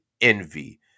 envy